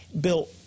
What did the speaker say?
bill